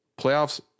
playoffs